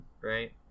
right